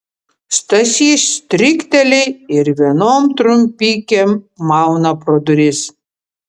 stasys strikteli ir vienom trumpikėm mauna pro duris